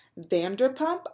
Vanderpump